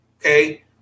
Okay